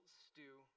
stew